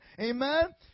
Amen